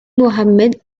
mohammed